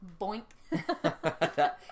boink